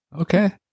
Okay